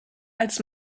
als